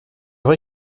vrai